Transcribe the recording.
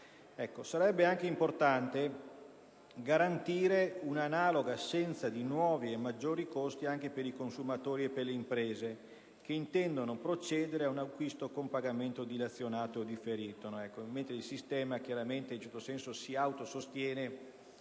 Sarebbe importante garantire un'analoga assenza di nuovi o maggiori costi anche per i consumatori e le imprese che intendano procedere ad un acquisto con pagamento dilazionato e differito, mentre il sistema, in un certo senso, si sostiene